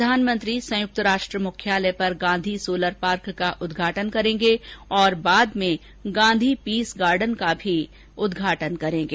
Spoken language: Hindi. प्रधानमंत्री संयुक्त राष्ट्र मुख्यालय पर गांधी सोलर पार्क का उद्घाटन करेंगे और बाद में गांधी पीस गार्डन का भी उद्घाटन करेंगे